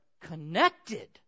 connected